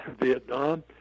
Vietnam